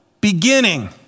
beginning